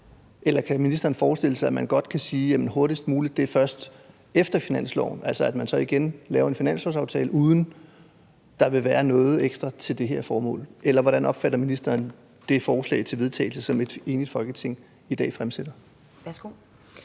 Eller kan ministeren forestille sig, at man godt kan sige, at hurtigst muligt først er efter finansloven, altså at man så igen laver en finanslovsaftale, uden at der vil være noget ekstra til det her formål? Eller hvordan opfatter ministeren det forslag til vedtagelse, som et enigt Folketing i dag fremsætter?